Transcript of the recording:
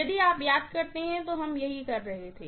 यदि आप याद करते हैं तो हम यही कर रहे थे